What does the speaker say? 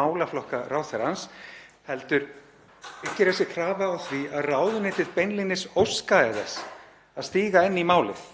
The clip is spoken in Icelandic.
málaflokka ráðherrans heldur byggir þessi krafa á því að ráðuneytið beinlínis óskaði þess að stíga inn í málið.